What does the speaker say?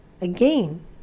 again